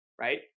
right